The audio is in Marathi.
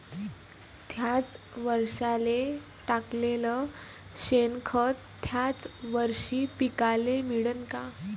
थ्याच वरसाले टाकलेलं शेनखत थ्याच वरशी पिकाले मिळन का?